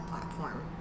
platform